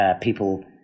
people